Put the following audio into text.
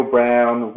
Brown